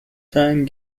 time